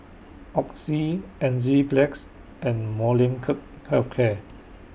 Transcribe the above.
Oxy Enzyplex and Molnylcke Health Care